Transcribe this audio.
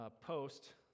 post